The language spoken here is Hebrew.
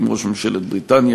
עם ראש ממשלת בריטניה,